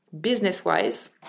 business-wise